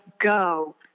go